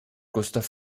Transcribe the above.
gustav